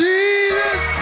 Jesus